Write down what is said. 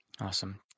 Awesome